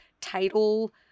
title